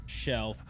shelf